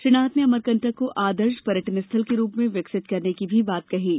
श्री नाथ ने अमरकंटक को आदर्श पर्यटन स्थल के रूप में विकसित करने की बात कहीं है